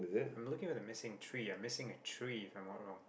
I'm looking for the missing tree I'm missing a tree if I'm not wrong